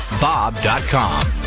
bob.com